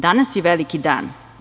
Danas je veliki dan.